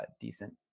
decent